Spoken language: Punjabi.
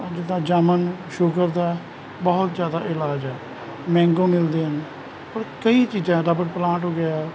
ਔਰ ਜਿੱਦਾਂ ਜਾਮਨ ਸ਼ੂਗਰ ਦਾ ਬਹੁਤ ਜ਼ਿਆਦਾ ਇਲਾਜ ਹੈ ਮੈਂਗੋ ਮਿਲਦੇ ਅਨ ਔਰ ਕਈ ਚੀਜ਼ਾਂ ਰਬਰ ਪਲਾਂਟ ਹੋ ਗਿਆ